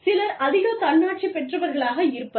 சிலர் அதிக தன்னாட்சி பெற்றவர்களாக இருப்பர்